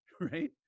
right